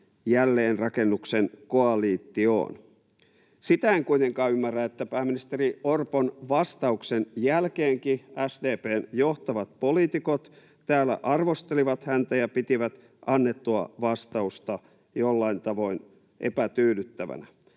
jälleenrakennuksen koalitioon. Sitä en kuitenkaan ymmärrä, että pääministeri Orpon vastauksen jälkeenkin SDP:n johtavat poliitikot täällä arvostelivat häntä ja pitivät annettua vastausta jollain tavoin epätyydyttävänä.